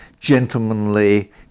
gentlemanly